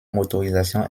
motorisations